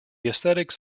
aesthetics